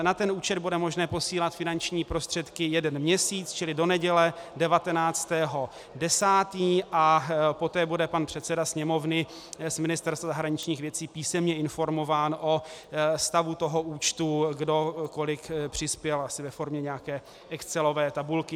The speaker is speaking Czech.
Na ten účet bude možné posílat finanční prostředky jeden měsíc, čili do neděle 19. 10., a poté bude pan předseda Sněmovny ministrem zahraničních věcí písemně informován o stavu toho účtu, kdo kolik přispěl, asi ve formě nějaké excelové tabulky.